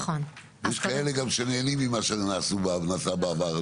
יש גם כאלה שנהנים ממה שנעשה בעבר.